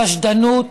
חשדנות,